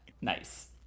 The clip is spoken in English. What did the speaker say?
Nice